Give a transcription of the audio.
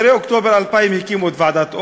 אחרי אוקטובר 2000 הקימו את ועדת אור,